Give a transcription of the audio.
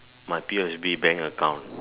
my P_O_S_B bank account